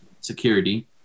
security